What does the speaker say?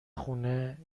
خونه